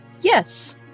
Yes